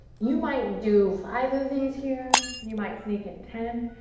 you might do five of these here. you might sneak in ten.